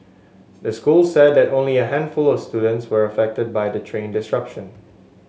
the school said that only a handful or students were affected by the train disruption